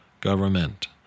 government